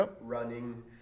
running